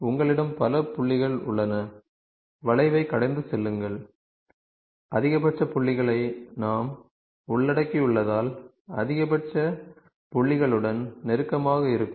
உங்களிடம் பல புள்ளிகள் உள்ளன வளைவைக் கடந்து செல்லுங்கள் அதிகபட்ச புள்ளிகளை நாம் உள்ளடக்கியுள்ளதால் அதிகபட்ச புள்ளிகளுடன் நெருக்கமாக இருக்கும்